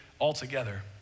altogether